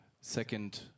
second